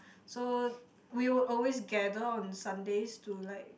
so we would always gather on Sundays to like